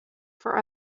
for